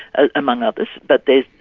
ah among others, but there's,